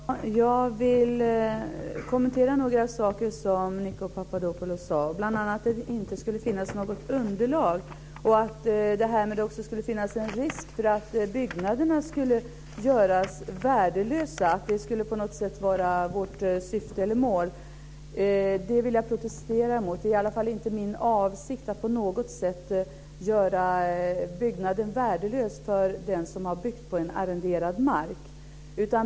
Fru talman! Jag vill kommentera några saker som Nikos Papadopoulos sade, bl.a. att det inte skulle finnas något underlag och att det också skulle finnas en risk för att byggnaderna skulle göras värdelösa, att det på något sätt skulle vara vårt syfte eller mål. Det vill jag protestera emot. Det är i alla fall inte min avsikt att på något sätt vilja göra byggnaderna värdelösa för den som har byggt på en arrenderad mark.